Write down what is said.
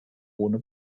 ohne